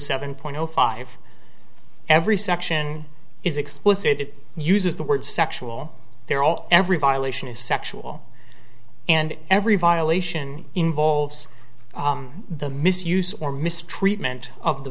seven point zero five every section is explicit it uses the word sexual they're all every violation is sexual and every violation involves the misuse or mistreatment of the